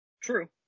True